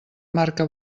marca